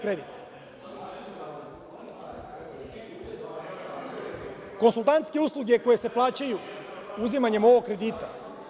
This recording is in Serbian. Konsultantske usluge koje se plaćaju uzimanjem ovog kredita